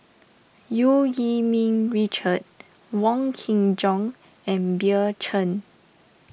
Eu Yee Ming Richard Wong Kin Jong and Bill Chen